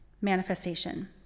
manifestation